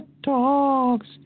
dogs